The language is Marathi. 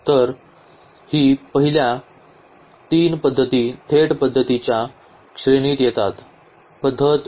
तर पहिल्या तीन पद्धती थेट पद्धतींच्या श्रेणीत येतात